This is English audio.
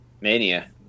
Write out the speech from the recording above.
Mania